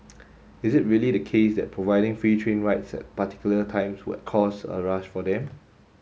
is it really the case that providing free train rides at particular times would cause a rush for them